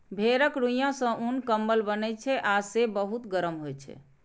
भेड़क रुइंया सं उन, कंबल बनै छै आ से बहुत गरम होइ छै